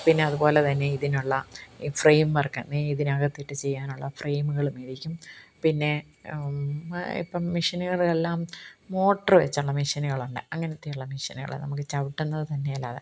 പിന്നെ അതുപോലെ തന്നെ ഇതിനുള്ള ഈ ഫ്രെയിംവര്ക്ക് നെയ്തിന് അകത്തിട്ട് ചെയ്യാനുള്ള ഫ്രെയിമുകൾ മേടിക്കും പിന്നെ ഇപ്പം മിഷനറികൾ എല്ലാം മോട്ടറ് വച്ചുള്ള മിഷനുകളുണ്ട് അങ്ങനത്തെയുള്ള മിഷനുകൾ നമുക്ക് ചവിട്ടുന്നത് തന്നെയല്ലാതെ